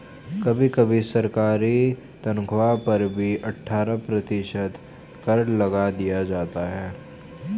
कभी कभी सरकारी तन्ख्वाह पर भी अट्ठारह प्रतिशत कर लगा दिया जाता है